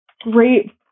great